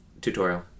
Tutorial